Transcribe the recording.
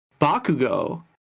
bakugo